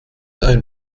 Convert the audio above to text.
ein